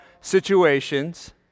situations